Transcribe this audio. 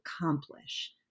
accomplish